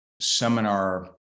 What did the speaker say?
seminar